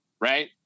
Right